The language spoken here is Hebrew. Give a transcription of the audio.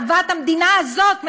לבין אהבת המדינה הזאת,